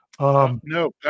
No